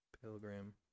Pilgrim